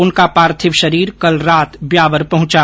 उनका पार्थिव शरीर कल रात ब्यावर पहुंचा